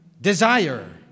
desire